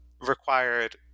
required